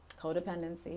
codependency